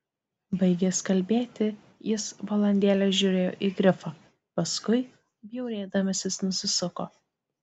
baigęs kalbėti jis valandėlę žiūrėjo į grifą paskui bjaurėdamasis nusisuko